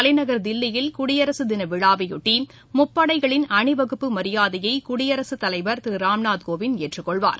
தலைநகர் தில்லியில் குடியரசு தின விழாவையொட்டி முப்படைகளின் அணிவகுப்பு மரியாதையை குடியரசுத் தலைவர் திரு ராம்நாத் கோவிந்த் ஏற்றுக் கொள்வார்